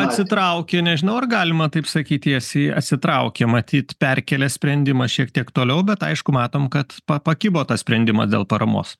atsitraukė nežinau ar galima taip sakyt tiesiai atsitraukia matyt perkelė sprendimą šiek tiek toliau bet aišku matom kad pa pakibo tas sprendimas dėl paramos